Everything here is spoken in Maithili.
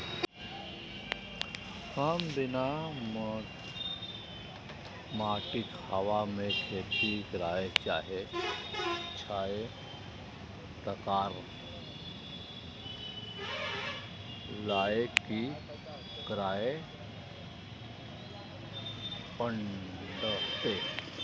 हम बिना माटिक हवा मे खेती करय चाहै छियै, तकरा लए की करय पड़तै?